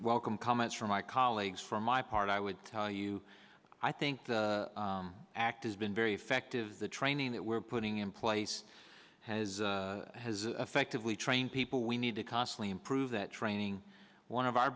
welcome comments from my colleagues from my part i would tell you i think the act is been very effective the training that we're putting in place has has affectively train people we need to constantly improve that training one of our